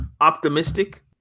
optimistic